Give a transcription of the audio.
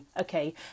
Okay